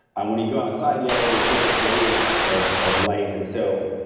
ah when you go outside, you have all those different gradients of of light. and so,